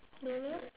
don't know